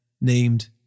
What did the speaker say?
named